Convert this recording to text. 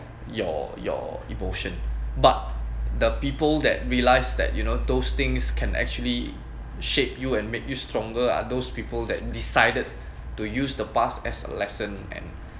your your emotion but the people that realized that you know those things can actually shape you and make you stronger are those people that decided to use the past as a lesson and